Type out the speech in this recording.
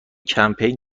کمپین